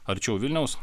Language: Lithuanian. arčiau vilniaus